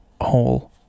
Hole